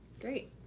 Great